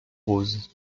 rose